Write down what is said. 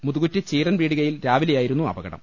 മുതുകുറ്റി ചീരൻ പീടികയിൽ രാവിലെ യായിരുന്നു അപകടം